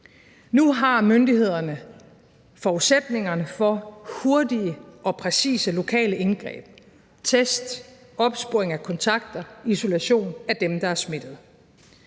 Nu har myndighederne forudsætningerne for hurtige og præcise lokale indgreb, test, opsporing af kontakter, isolation af dem, der er smittede.